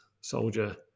soldier